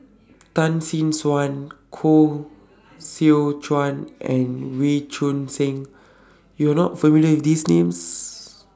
Tan Tee Suan Koh Seow Chuan and Wee Choon Seng YOU Are not familiar with These Names